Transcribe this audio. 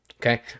okay